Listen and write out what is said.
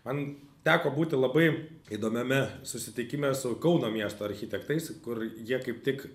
man teko būti labai įdomiame susitikime su kauno miesto architektais kur jie kaip tik